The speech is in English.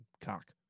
cock